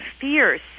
fierce